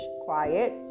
quiet